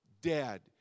dead